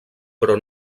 però